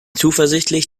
zuversichtlich